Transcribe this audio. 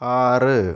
ആറ്